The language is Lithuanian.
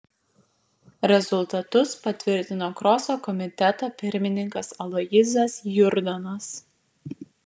rezultatus patvirtino kroso komiteto pirmininkas aloyzas jurdonas